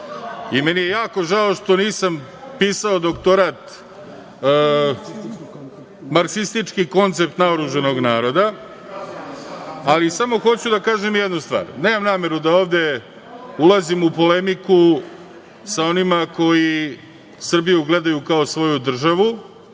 i meni je jako žao što nisam pisao doktorat - Marksistički koncept naoružanog naroda, ali samo hoću da kažem jednu stvar. Nemam nameru da ovde ulazim u polemiku sa onima koji Srbiju gledaju kao svoju državu